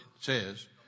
says